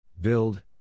Build